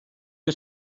que